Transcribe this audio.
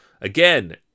Again